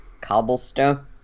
cobblestone